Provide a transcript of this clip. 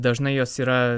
dažnai jos yra